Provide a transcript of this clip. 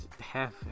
half